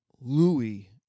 Louis